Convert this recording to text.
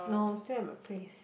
no still at my place